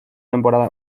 temporada